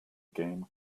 game